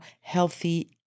healthy